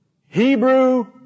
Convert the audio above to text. Hebrew